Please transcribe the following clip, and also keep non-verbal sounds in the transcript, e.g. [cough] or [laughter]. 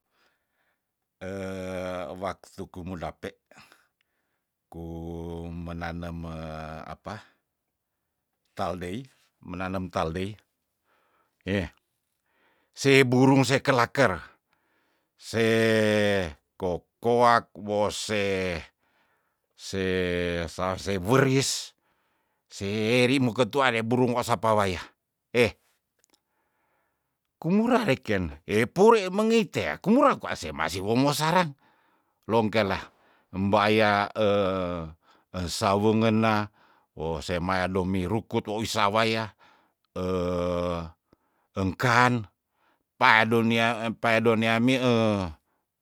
[hesitation] waktu kumu dape ku menanem me apah taldei menanem taldeih eh se burung se kelaker se kokoak bose se sase weris seri mo ketuare burung osapa waya heh kumurah reken epure mengi te kumura kwa semasi womosarang longkelah embaya [hesitation] esawengena woh semaya do mi rukut wowi sawaya [hesitation] engkan pae donia empae donia mi eh